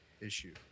issue